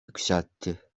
yükseltti